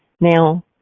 Now